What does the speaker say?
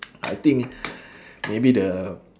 I think maybe the